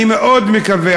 אני מאוד מקווה,